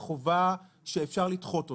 בחובה שאפשר לדחות אותה.